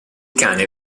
cane